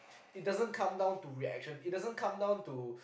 it doesn't come down to reaction